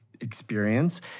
experience